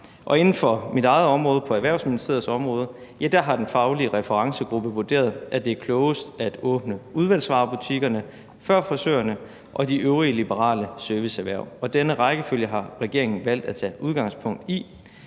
Og inden for mit eget område, Erhvervsministeriets område, har den faglige referencegruppe vurderet, at det er klogest at åbne udvalgsvarebutikkerne før frisørererhvervet og de øvrige liberale serviceerhverv. Og denne rækkefølge har regeringen valgt at tage udgangspunkt i.